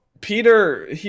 Peter